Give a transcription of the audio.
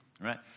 right